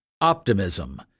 Optimism